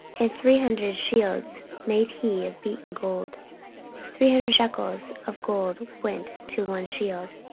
and three hundred shields made he of beaten gold three hundred shekels of gold went to one shield.